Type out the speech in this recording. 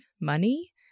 money